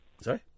Sorry